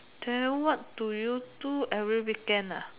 then what do you do every weekend